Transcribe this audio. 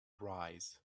rise